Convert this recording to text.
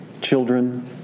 Children